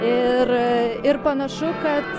ir ir panašu kad